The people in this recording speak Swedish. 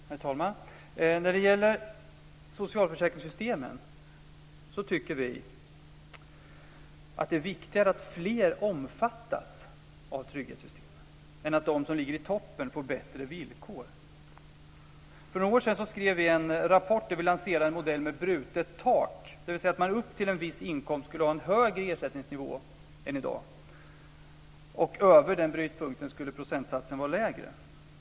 Herr talman! När det gäller socialförsäkringssystemen tycker vi att det är viktigare att fler omfattas av trygghetssystemen än att de som ligger i toppen får bättre villkor. För några år sedan skrev vi en rapport där vi lanserade en modell med brutet tak, dvs. att man upp till en viss inkomst skulle ha en högre ersättningsnivå än i dag, och över den brytpunkten skulle procentsatsen vara lägre.